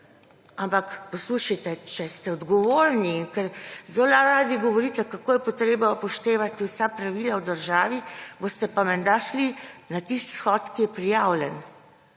Ampak poslušajte, če ste odgovorni, ker zelo radi govorite, kako je treba upoštevati vsa pravila v državi, boste pa menda šli na tisti shod, ki je prijavljen.